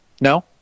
No